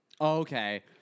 Okay